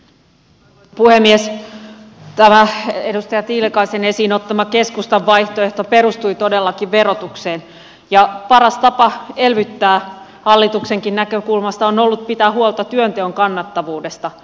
tämä edustaja tiilikaisen esiin ottama keskustan vaihtoehto perustui todellakin verotukseen ja paras tapa elvyttää hallituksenkin näkökulmasta on ollut pitää huolta työnteon kannattavuudesta